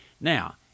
Now